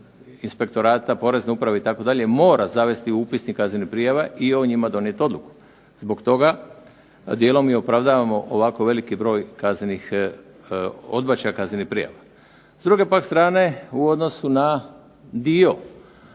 inspektorata, porezne uprave itd., mora zavesti u upisnik kaznene prijave i o njima donijeti odluku. Zbog toga dijelom i opravdavamo ovako veliki broj odbačaja kaznenih prijava. S druge pak strane u odnosu na dio